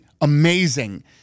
amazing –